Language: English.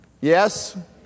Yes